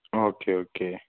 okay okay